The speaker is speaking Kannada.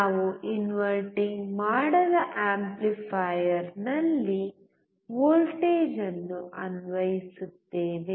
ನಾವು ಇನ್ವರ್ಟಿಂಗ್ ಮಾಡದ ಆಂಪ್ಲಿಫೈಯರ್ನಲ್ಲಿ ವೋಲ್ಟೇಜ್ ಅನ್ನು ಅನ್ವಯಿಸುತ್ತೇವೆ